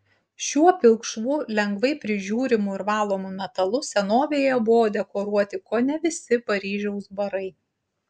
šiuo pilkšvu lengvai prižiūrimu ir valomu metalu senovėje buvo dekoruoti kone visi paryžiaus barai